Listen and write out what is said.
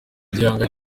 gihanga